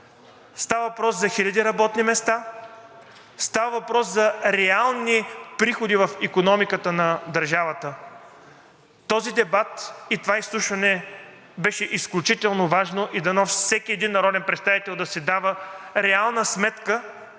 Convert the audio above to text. Става въпрос за хиляди работни места, става въпрос за реални приходи в икономиката на държавата. Този дебат и това изслушване беше изключително важно и дано всеки един народен представител да си дава реална сметка